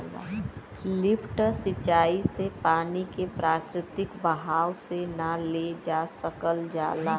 lift सिंचाई से पानी के प्राकृतिक बहाव से ना ले जा सकल जाला